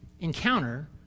encounter